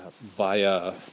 via